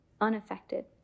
unaffected